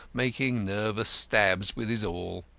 making nervous stabs with his awl.